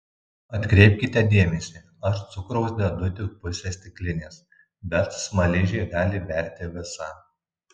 atkreipkite dėmesį aš cukraus dedu tik pusę stiklinės bet smaližiai gali berti visą